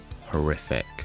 horrific